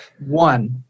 One